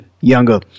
younger